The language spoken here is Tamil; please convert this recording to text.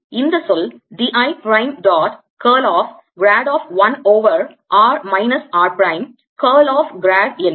எனவே இந்த சொல் d I prime dot curl of grad of 1 over r minus r prime curl of grad என்ன